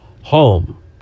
home